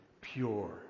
pure